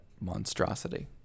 monstrosity